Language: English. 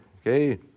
Okay